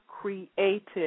created